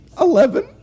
Eleven